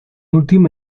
última